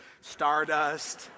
stardust